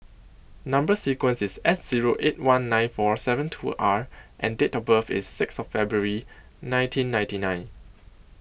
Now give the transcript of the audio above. Number sequence IS S Zero eight one nine four seveen two R and Date of birth IS six of February nineteen ninety nine